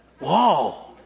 Whoa